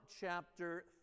chapter